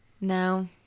No